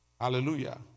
Hallelujah